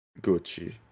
Gucci